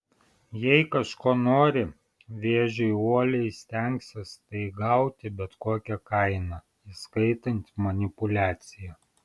jei kažko nori vėžiai uoliai stengsis tai gauti bet kokia kaina įskaitant manipuliaciją